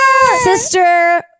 Sister